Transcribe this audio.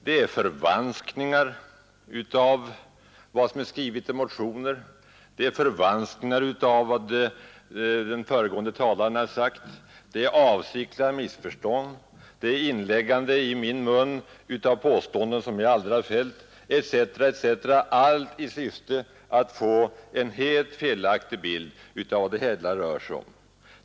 Det är förvanskningar av vad som är skrivet i motioner, det är förvanskningar av vad föregående talare har sagt, det är avsiktliga eller oavsiktliga missförstånd, han lägger i min mun påståenden som jag aldrig har fällt etc. — allt i syfte att skapa en helt felaktig bild av vad det hela rör sig om.